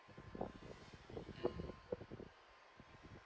mm